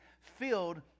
filled